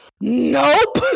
nope